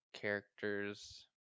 characters